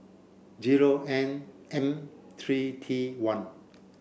zero N M three T one